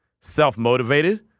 self-motivated